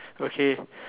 okay